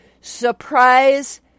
Surprise